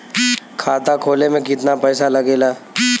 खाता खोले में कितना पैसा लगेला?